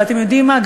ואתם יודעים מה,